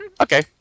okay